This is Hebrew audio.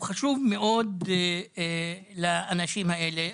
הוא חשוב מאוד לאנשים האלה.